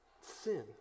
Sin